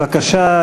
בבקשה,